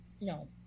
no